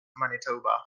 manitoba